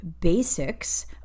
basics